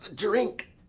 drink,